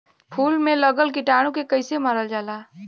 फूल में लगल कीटाणु के कैसे मारल जाला?